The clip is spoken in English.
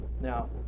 Now